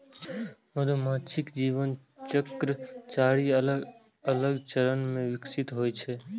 मधुमाछीक जीवन चक्र चारि अलग अलग चरण मे विकसित होइ छै